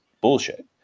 bullshit